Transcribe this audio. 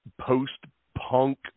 post-punk